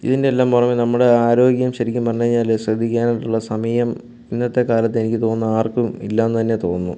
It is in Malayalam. ഇതിൻ്റെ എല്ലാം പുറമേ നമ്മുടെ ആരോഗ്യം ശരിക്കും പറഞ്ഞു കഴിഞ്ഞാൽ ശ്രദ്ധിക്കാനായിട്ടുള്ള സമയം ഇന്നത്തെ കാലത്ത് എനിക്ക് തോന്നുന്നു ആർക്കും ഇല്ലയെന്നു തന്നെ തോന്നുന്നു